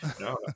no